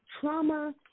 trauma